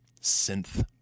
synth